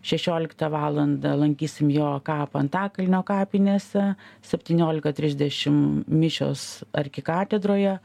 šešioliktą valandą lankysim jo kapą antakalnio kapinėse septyniolika trisdešim mišios arkikatedroje